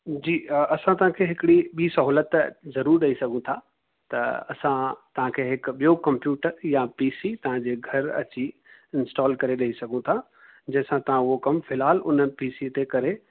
जी असां तव्हांखे हिकिड़ी ॿीं सहूलियत ज़रूरु ॾेई सघू था त असां तव्हांखे हिकु ॿियों कम्पयूटर या पी सी तव्हांजे घरि अची इंस्टॉल करे ॾेई सघू था जंहिं सां तव्हां उहो कमु फ़िलहालु हुन पी सी ते करे